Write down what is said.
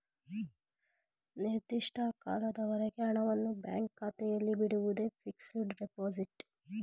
ನಿರ್ದಿಷ್ಟ ಕಾಲದವರೆಗೆ ಹಣವನ್ನು ಬ್ಯಾಂಕ್ ಖಾತೆಯಲ್ಲಿ ಬಿಡುವುದೇ ಫಿಕ್ಸಡ್ ಡೆಪೋಸಿಟ್